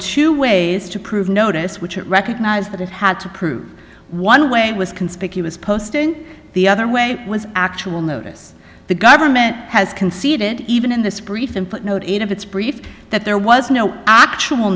two ways to prove notice which it recognized that it had to prove one way it was conspicuous posting the other way was actual notice the government has conceded even in this brief and put note in of its brief that there was no actual